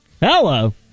Hello